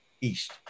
east